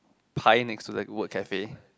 pine next to the wood cafe